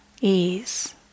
ease